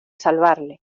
salvarle